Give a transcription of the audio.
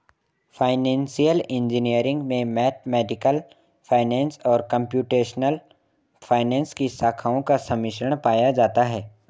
financial engineering में mathematical finance और computational finance की शाखाओं का सम्मिश्रण पाया जाता है